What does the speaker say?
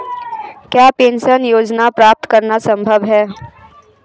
क्या पेंशन योजना प्राप्त करना संभव है?